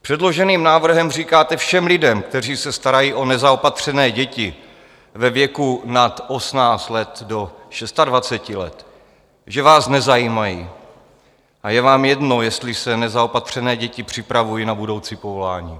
Předloženým návrhem říkáte všem lidem, kteří se starají o nezaopatřené děti ve věku nad 18 let do 26 let, že vás nezajímají, a je vám jedno, jestli se nezaopatřené děti připravují na budoucí povolání.